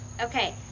Okay